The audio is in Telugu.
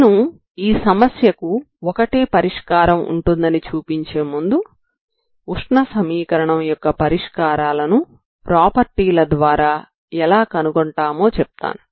నేను ఈ సమస్యకు ఒకటే పరిష్కారం ఉంటుందని చూపించే ముందు ఉష్ణ సమీకరణం యొక్క పరిష్కారాలను ప్రాపర్టీ ల ద్వారా ఎలా కనుగొంటామో చెప్తాను